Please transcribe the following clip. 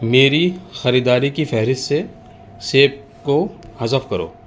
میری خریداری کی فہرست سے سیب کو حذف کرو